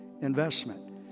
investment